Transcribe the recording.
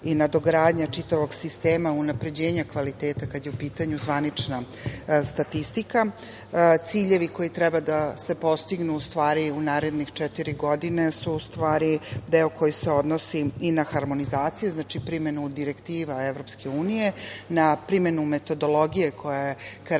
i nadogradnja čitavog sistema unapređenja kvaliteta kad je u pitanju zvanična statistika. Ciljevi koji treba da se postignu u narednih četiri godine su u stvari deo koji se odnosi i na harmonizaciju, znači primenu direktiva EU, na primenu metodologije koja je karakteristična